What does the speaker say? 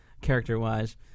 character-wise